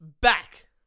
back